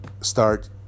start